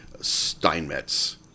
Steinmetz